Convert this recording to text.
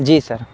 جی سر